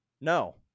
No